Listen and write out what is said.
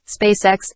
SpaceX